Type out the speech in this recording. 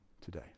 today